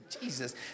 Jesus